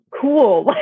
cool